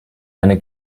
eine